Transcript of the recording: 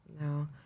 no